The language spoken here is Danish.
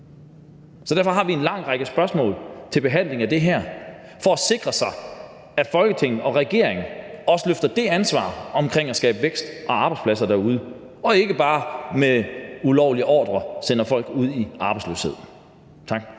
Derfor har vi en lang række spørgsmål til behandlingen af det her for at sikre, at Folketing og regering også løfter det ansvar om at skabe vækst og arbejdspladser derude – og ikke bare med ulovlige ordre sender folk ud i arbejdsløshed. Tak.